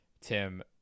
Tim